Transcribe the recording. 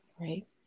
Right